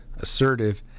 assertive